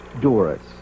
Doris